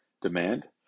demand